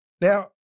Now